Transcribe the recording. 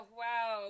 wow